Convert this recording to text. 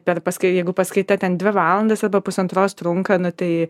per paskai jeigu paskaita ten dvi valandas arba pusantros trunka nu tai